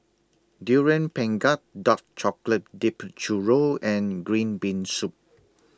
Durian Pengat Dark Chocolate Dipped Churro and Green Bean Soup